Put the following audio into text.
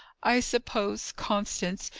i suppose, constance,